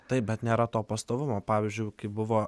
taip bet nėra to pastovumo pavyzdžiui kai buvo